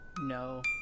no